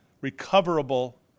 recoverable